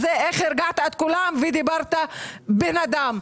איך הרגעת את כולם ודיברת בן אדם.